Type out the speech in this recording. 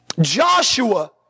Joshua